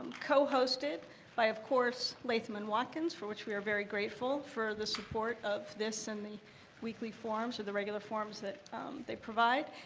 co-hosted by, of course, latham and watkins, for which we are very grateful for the support of this, and the weekly forums, or the regular forums that they provide,